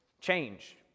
change